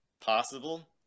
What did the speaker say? possible